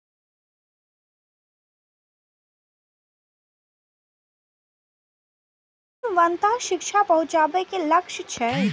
एहि योजनाक तहत वंचित समूह के बालिका धरि गुणवत्तापूर्ण शिक्षा पहुंचाबे के लक्ष्य छै